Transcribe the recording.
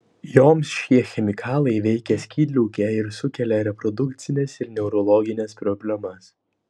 joms šie chemikalai veikia skydliaukę ir sukelia reprodukcines ir neurologines problemas